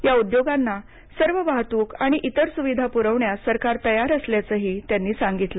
या उद्योगांना सर्व वाहतूक आणि इतर सुविधा पुरवण्यास सरकार तयार असल्याचंही त्यांनी सांगितलं